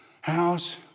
house